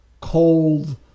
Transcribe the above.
cold